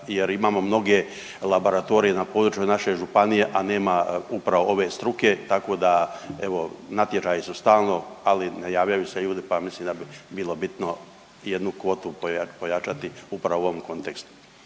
jer imamo mnoge labaratorije na području naše županije, a nema upravo ove struke, tako da evo, natječaju su stalno, ali ne javljaju se ljudi pa mislim da bi bilo bitno jednu kvotu koja će biti upravo u ovom kontekstu.